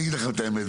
אני אגיד לכם את האמת,